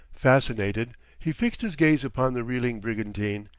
fascinated, he fixed his gaze upon the reeling brigantine,